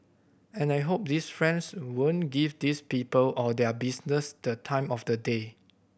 and I hope these friends won't give these people or their business the time of the day